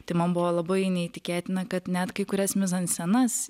tai man buvo labai neįtikėtina kad net kai kurias mizanscenas